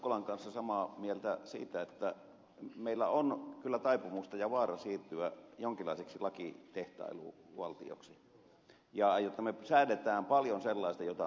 ukkolan kanssa samaa mieltä siitä että meillä on kyllä taipumusta ja vaara siirtyä jonkinlaiseksi lakitehtailuvaltioksi ja että me säädämme paljon sellaista jota me emme resursoi